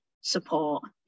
support